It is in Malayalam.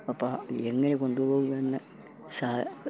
അപ്പം എങ്ങനെ കൊണ്ടു പോകുമെന്ന് സാ